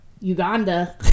Uganda